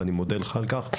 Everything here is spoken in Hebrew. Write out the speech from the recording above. ואני מודה לך על כך.